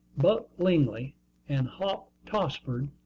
buck lingley and hop tossford,